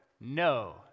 No